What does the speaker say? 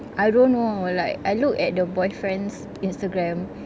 I don't know like I look at the boyfriend's instagram